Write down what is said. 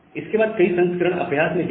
इसके बाद कई संस्करण अभ्यास में भी आए